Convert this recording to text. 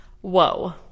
Whoa